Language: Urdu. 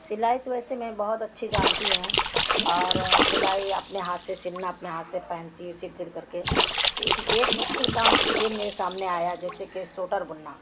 سلائی تو ویسے میں بہت اچھی جانتی ہوں اور سلائی اپنے ہاتھ سے سلنا اپنے ہاتھ سے پہنتی ہوں سل سل کر کے تو اس ایک مشکل کام سے یہ میرے سامنے آیا جیسے کہ سوٹر بننا